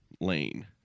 lane